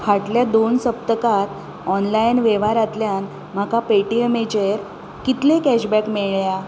फाटल्या दोन सप्तकांत ऑनलायन वेव्हारांतल्यान म्हाका पेटीएमचेर कितलें कॅशबॅक मेळ्ळ्या